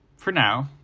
for now,